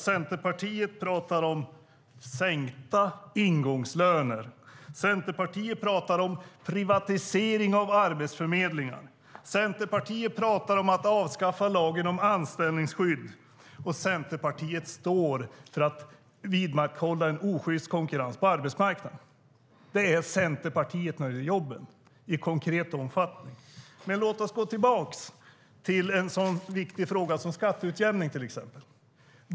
Centerpartiet pratar om sänkta ingångslöner, Centerpartiet pratar om privatisering av Arbetsförmedlingen, Centerpartiet pratar om att avskaffa lagen om anställningsskydd och Centerpartiet står för att vidmakthålla en osjyst konkurrens på arbetsmarknaden. Det är Centerpartiet när det gäller jobben i konkret omfattning. Men låt oss gå tillbaka till en så viktig fråga som till exempel skatteutjämning.